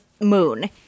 moon